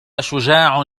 شجاع